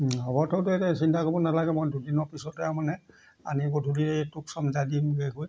হ'ব তই এইটো চিন্তা কৰিব নালাগে মই দুদিনৰ পিছতে আৰু মানে আনি গধূলি তোক চমজাই দিমগে গৈ